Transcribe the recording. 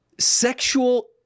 Sexual